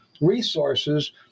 resources